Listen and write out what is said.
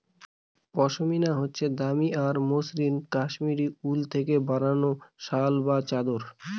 পশমিনা হচ্ছে দামি আর মসৃণ কাশ্মীরি উল থেকে বানানো শাল বা চাদর